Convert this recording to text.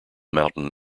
mountain